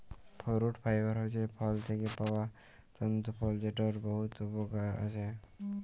fruit fibre হছে ফল থ্যাকে পাউয়া তল্তু ফল যেটর বহুত উপকরল আছে